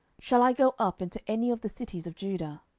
shall i go up into any of the cities of judah?